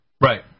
Right